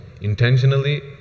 intentionally